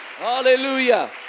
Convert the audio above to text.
Hallelujah